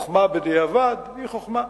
חוכמה בדיעבד היא חוכמה.